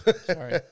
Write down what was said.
Sorry